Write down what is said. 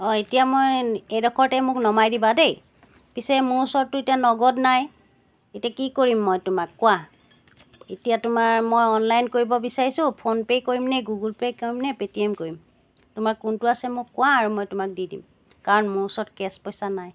অঁ এতিয়া মই এইডোখৰতে মোক নমাই দিবা দেই পিছে মোৰ ওচৰততো এতিয়া নগদ নাই এতিয়া কি কৰিম মই তোমাক কোৱাঁ এতিয়া তোমাৰ মই অনলাইন কৰিব বিচাৰিছোঁ ফোন পে' কৰিম নে গুগল পে' কৰিম নে পে' টি এম কৰিম তোমাৰ কোনটো আছে মোক কোৱাঁ আৰু মই তোমাক দি দিম কাৰণ মোৰ ওচৰত কেছ পইচা নাই